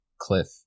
cliff